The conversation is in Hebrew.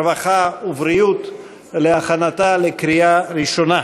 הרווחה והבריאות להכנתה לקריאה ראשונה.